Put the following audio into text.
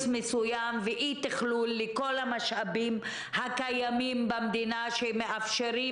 מסוים ואי תכלול של כל המשאבים הקיימים במדינה שמאפשרים